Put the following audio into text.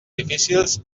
difícils